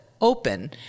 open